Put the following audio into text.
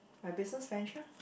my business venture